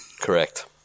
Correct